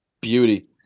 Beauty